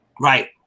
Right